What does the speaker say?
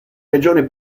regione